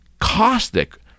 caustic